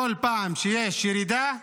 בכל פעם שיש ירידה,